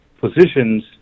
positions